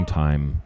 time